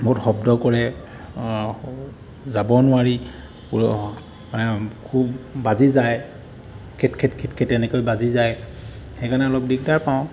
বহুত শব্দ কৰে যাব নোৱাৰি খুব বাজি যায় খিট খিট খিট খিট এনেকৈ বাজি যায় সেইকাৰণে অলপ দিগদাৰ পাওঁ